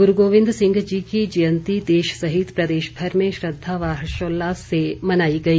गुरू गोविंद सिंह जी की जयंती देश सहित प्रदेशभर में श्रद्वा व हर्षोल्लास से मनाई गई